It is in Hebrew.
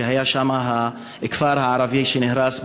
ששם היה הכפר הערבי שנהרס,